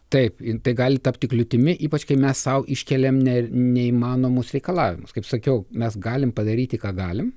taip tai gali tapti kliūtimi ypač kai mes sau iškeliam ne neįmanomus reikalavimus kaip sakiau mes galim padaryti ką galim